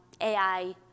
AI